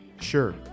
sure